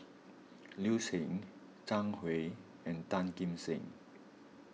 Liu Si Zhang Hui and Tan Kim Seng